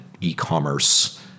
e-commerce